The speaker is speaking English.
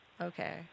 Okay